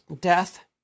death